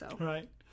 Right